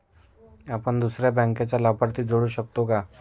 आपण दुसऱ्या बँकेचा लाभार्थी जोडू शकतो का?